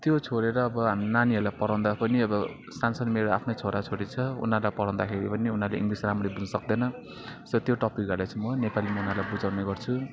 त्यो छोडेर अब हामी नानीहरूलाई पढाउँदा पनि अब सान सानो मेरो आफ्नै छोराछोरी छ उनीहरूलाई पढाउँदाखेरि पनि उनीहरूले इङ्गलिस राम्ररी बुझ्नु सक्दैन सो त्यो टपिकहरूलाई चाहिँ म नेपालीमा उनीहरूलाई बुझाउने गर्छु